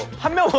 hug me.